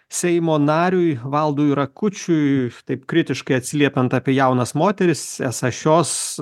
seimo nariui valdui rakučiui taip kritiškai atsiliepiant apie jaunas moteris esą šios